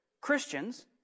Christians